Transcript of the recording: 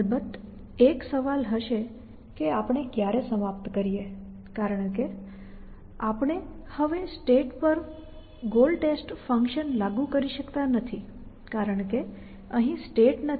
અલબત્ત એક સવાલ હશે કે આપણે ક્યારે સમાપ્ત કરીએ કારણ કે આપણે હવે સ્ટેટ પર ગોલ ટેસ્ટ ફંકશન લાગુ કરી શકતા નથી કારણ કે અહીં સ્ટેટ નથી